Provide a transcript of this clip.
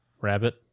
Rabbit